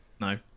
no